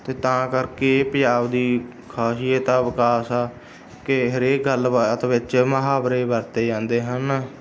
ਅਤੇ ਤਾਂ ਕਰਕੇ ਇਹ ਪੰਜਾਬ ਦੀ ਖ਼ਾਸੀਅਤ ਆ ਵਿਕਾਸ ਆ ਕਿ ਹਰੇਕ ਗੱਲ ਬਾਤ ਵਿੱਚ ਮੁਹਾਵਰੇ ਵਰਤੇ ਜਾਂਦੇ ਹਨ